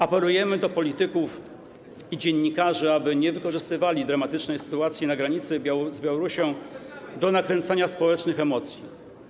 Apelujemy do polityków i dziennikarzy, aby nie wykorzystywali dramatycznej sytuacji na granicy z Białorusią do nakręcania społecznych emocji.